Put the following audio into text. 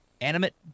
animate